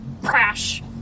crash